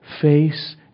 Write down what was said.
face